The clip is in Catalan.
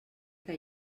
que